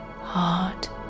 heart